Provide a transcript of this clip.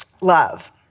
Love